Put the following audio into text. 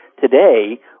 today